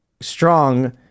Strong